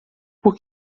por